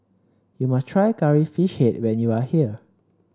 you must try Curry Fish Head when you are here